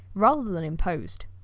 rather than imposed.